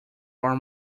are